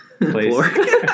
place